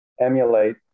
emulate